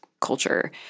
culture